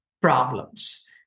problems